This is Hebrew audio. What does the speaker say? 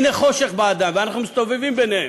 והנה חושך בעדה, ואנחנו מסתובבים ביניהם,